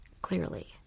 Clearly